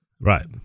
Right